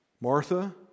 Martha